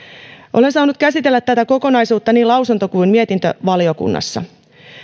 olen saanut käsitellä tätä kokonaisuutta niin lausunto kuin mietintövaliokunnassa